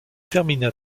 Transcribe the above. termina